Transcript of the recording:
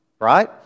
right